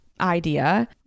idea